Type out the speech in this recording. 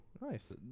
Nice